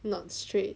not straight